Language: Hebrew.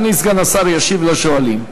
אדוני סגן השר ישיב לשואלים.